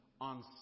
on